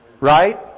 Right